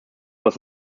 was